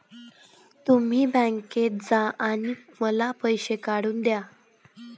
तुम्ही बँकेत जा आणि मला पैसे काढून दया